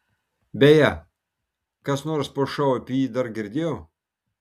beje kas nors po šou apie jį dar girdėjo